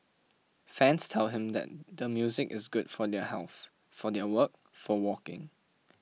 fans tell him that the music is good for their health for their work for walking